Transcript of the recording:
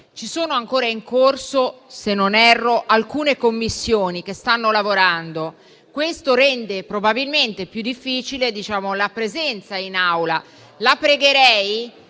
sono ancora in corso alcune Commissioni che stanno lavorando, e questo rende probabilmente più difficile la presenza in Aula. La pregherei